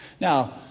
Now